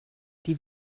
die